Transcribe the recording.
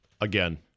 Again